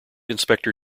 inspector